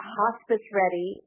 hospice-ready